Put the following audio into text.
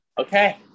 Okay